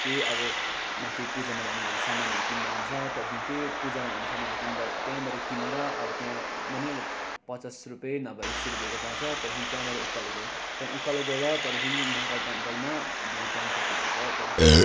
के अब माथि पूजामा लानु लागि सामानहरू किन्दा हुन्छ त्यहाँदेखि त्यही पूजामा लाने सामानहरू किन्दा त्यहीँबाट किनेर अब त्यहाँ पचास रुपियाँ नभए एक सय रुपियाँको पाउँछ त्यहाँदेखि त्यहाँबाट उकालो गयो त्यहाँ उकालो गएर त्यहाँदेखि महाकाल टेम्पलमा भिजिट गर्नु सक्नुहुन्छ त्यहाँदेखि